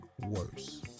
worse